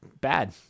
bad